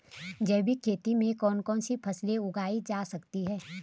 जैविक खेती में कौन कौन सी फसल उगाई जा सकती है?